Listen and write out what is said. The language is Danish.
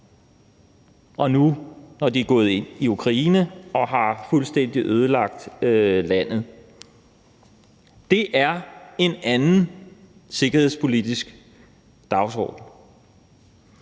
og nu er de gået ind i Ukraine og har fuldstændig ødelagt landet. Det er en anden sikkerhedspolitisk dagsorden.